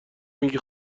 میگی